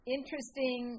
Interesting